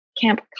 camp